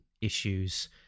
issues